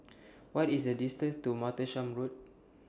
What IS The distance to Martlesham Road